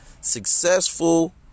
successful